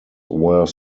were